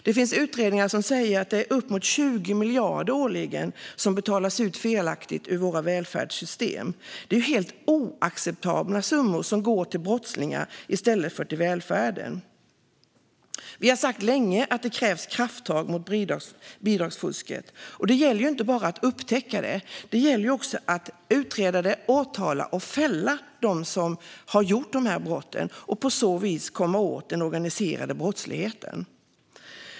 Det finns utredningar som säger att det är uppemot 20 miljarder årligen som betalas ut felaktigt ur våra välfärdssystem. Det är helt oacceptabla summor som går till brottslingar i stället för till välfärden. Vi har länge sagt att det krävs krafttag mot bidragsfusket. Det gäller inte bara att upptäcka det utan också att utreda det och att åtala och fälla dem som har begått dessa brott och på så vis komma åt den organiserade brottsligheten.